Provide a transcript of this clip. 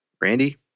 Randy